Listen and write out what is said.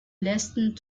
letzten